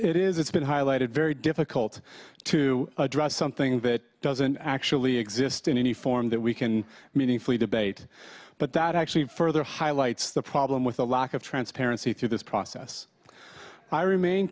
it is it's been highlighted very difficult to address something that doesn't actually exist in any form that we can meaningfully debate but that actually further highlights the problem with a lack of transparency through this process i remain